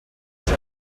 shed